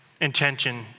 intention